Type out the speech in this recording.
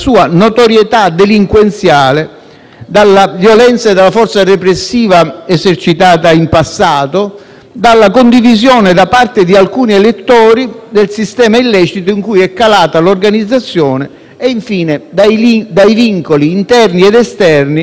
dalla violenza e dalla forza repressiva esercitata in passato, dalla condivisione da parte di alcuni elettori del sistema illecito in cui è calata l'organizzazione e, infine, dai vincoli interni ed esterni di appartenenza ad essa.